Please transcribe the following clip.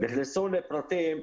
נכנסו לפרטים.